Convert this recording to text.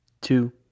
two